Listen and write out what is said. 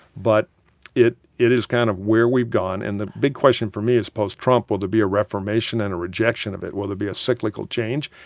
but it it is kind of where we've gone. and the big question for me is, post-trump, will there be a reformation and a rejection of it? will there be ah cyclical change?